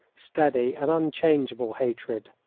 steady, and unchangeable hatred.